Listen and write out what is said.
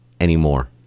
anymore